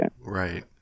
Right